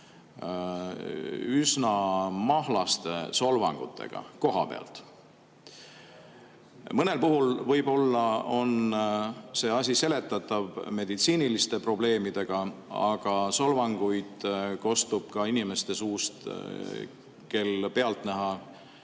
üsna mahlaste solvangutega kohapealt. Mõnel puhul võib-olla on see asi seletatav meditsiiniliste probleemidega, aga solvanguid kostab ka inimeste suust, kellel pealtnäha